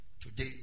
Today